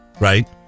Right